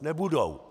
Nebudou.